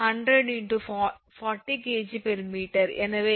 எனவே 𝐹 1